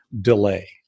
delay